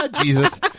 Jesus